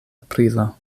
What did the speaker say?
aprilo